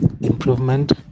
improvement